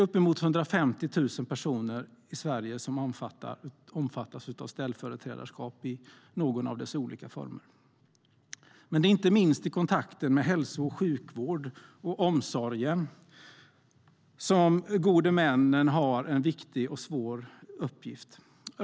Uppemot 150 000 personer i Sverige omfattas av ställföreträdarskap i någon av dess olika former. Det är inte minst i kontakten med hälso och sjukvård och omsorgen som de gode männen har en viktig och svår uppgift.